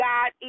God